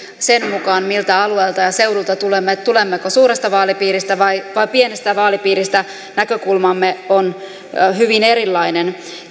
sen mukaan miltä alueelta ja seudulta tulemme eli tulemmeko suuresta vaalipiiristä vai vai pienestä vaalipiiristä näkökulmamme ovat hyvin erilaisia